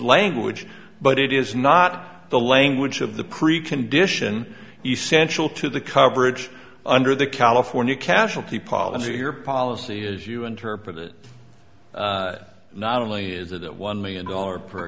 language but it is not the language of the precondition essential to the coverage under the california casualty policy or policy as you interpret it not only is that one million dollars per